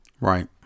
Right